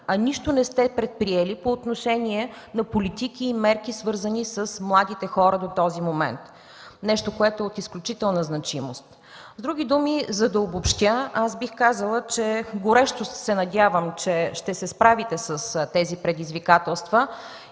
а нищо не сте предприели по отношение на политики и мерки, свързани с младите хора, до този момент – нещо, което е от изключителна значимост. С други думи, за да обобщя, аз бих казала, че горещо се надявам да се справите с тези предизвикателства,